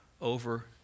over